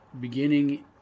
beginning